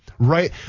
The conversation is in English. right